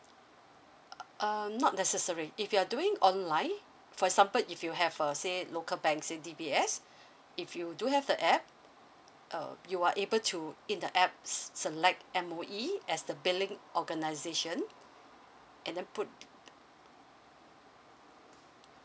err not necessary if you are doing online for example if you have a say local banks in D_B_S if you do have the app uh you are able to in the apps s~ select M_O_E as the billing organisation and then put